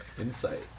Insight